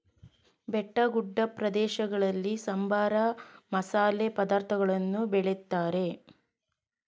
ಬೆಟ್ಟಗುಡ್ಡ ಪ್ರದೇಶಗಳಲ್ಲಿ ಸಾಂಬಾರ, ಮಸಾಲೆ ಪದಾರ್ಥಗಳನ್ನು ಬೆಳಿತಾರೆ